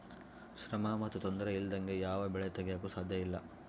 ಶ್ರಮ ಮತ್ತು ತೊಂದರೆ ಇಲ್ಲದಂಗೆ ಯಾವ ಬೆಳೆ ತೆಗೆಯಾಕೂ ಸಾಧ್ಯಇಲ್ಲ